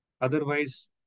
Otherwise